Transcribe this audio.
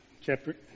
chapter